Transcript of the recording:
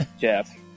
Jeff